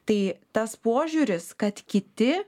tai tas požiūris kad kiti